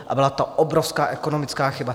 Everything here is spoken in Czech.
A byla to obrovská ekonomická chyba.